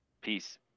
Peace